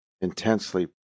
intensely